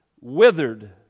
withered